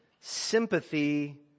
sympathy